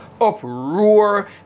uproar